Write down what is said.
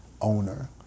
owner